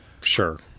Sure